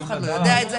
אף אחד לא יודע את זה.